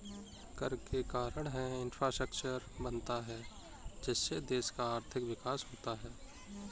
कर के कारण है इंफ्रास्ट्रक्चर बनता है जिससे देश का आर्थिक विकास होता है